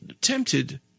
tempted